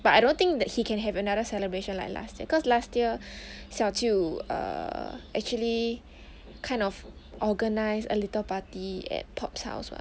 but I don't think that he can have another celebration like last year cause last year 小舅 err actually kind of organised a little party at pop's house [what]